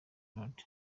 melody